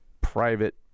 private